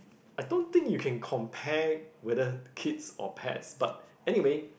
I don't think you can compare whether kids or pets but anyway